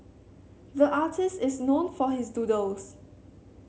the artist is known for his doodles